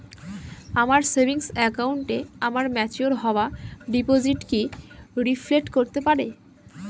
আমার সেভিংস অ্যাকাউন্টে আমার ম্যাচিওর হওয়া ডিপোজিট কি রিফ্লেক্ট করতে পারে?